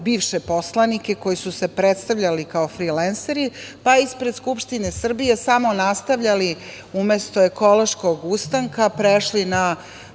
bivše poslanike koji su se predstavljali kao frilenseri, pa ispred Skupštine Srbije samo nastavljali, umesto ekološkog ustanka prešli na